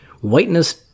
whiteness